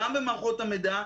גם במערכות המידע,